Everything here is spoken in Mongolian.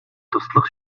туслах